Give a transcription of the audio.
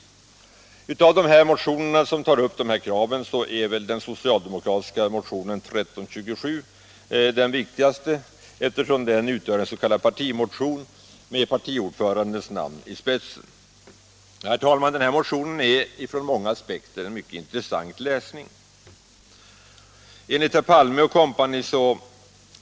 Av de här motionerna, som tar upp dessa krav, är den socialdemokratiska motionen 1327 måhända den viktigaste, eftersom den utgör en s.k. partimotion med partiordförandens namn i spetsen. Herr talman! Den här motionen är från många aspekter en mycket intressant läsning. Enligt herr Palme & Co.